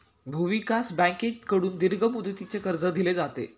भूविकास बँकेकडून दीर्घ मुदतीचे कर्ज दिले जाते